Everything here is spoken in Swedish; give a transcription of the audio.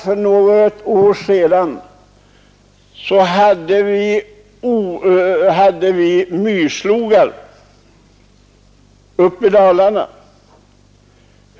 För något år sedan hade vi myrslogar uppe i Dalarna.